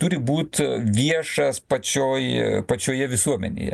turi būt viešas pačioj pačioje visuomenėje